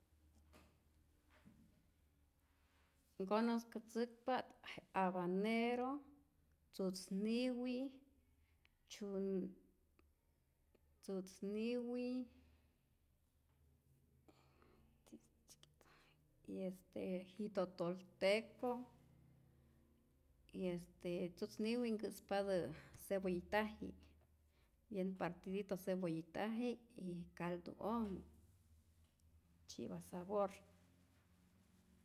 Nkonosetzäkpa't abanero, tzutznyiwi. tzyuy tzutznyiwi, y este jitotolteco y este tzutznyiwi nkut'patä cebollitaji'k bien partidito cebollitaji'k y caldo'ojmä tzyi'pa sabor.